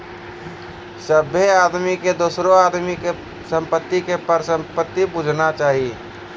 सभ्भे आदमी के दोसरो आदमी के संपत्ति के परसंपत्ति बुझना चाही